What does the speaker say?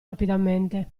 rapidamente